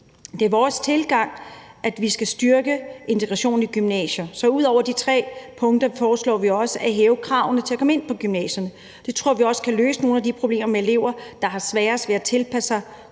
Det er vores tilgang, at vi skal styrke integrationen i gymnasierne. Så ud over de tre punkter foreslår vi også at hæve kravene til at komme ind på gymnasiet. Det tror vi også kan løse nogle af de problemer, der er med de elever, der har sværest ved at tilpasse sig